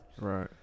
Right